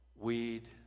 weed